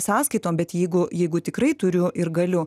sąskaitom bet jeigu jeigu tikrai turiu ir galiu